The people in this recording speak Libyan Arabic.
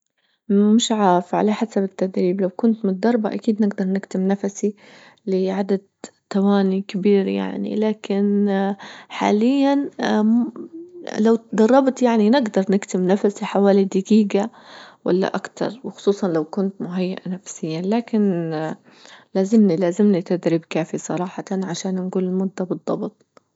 مش عارفة على حسب التدريب لو كنت متدربة أكيد نجدر نكتم نفسي لعدد ثواني كبيرة يعني لكن حاليا لو دربت يعني ندر نكتم نفسي حوالي دجيجة ولا أكثر وخصوصا لو كنت مهيئة نفسيا لكن لازمنى-لازمنى تدريب كافي صراحة عشان نجول المدة بالضبط.